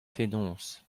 fenoz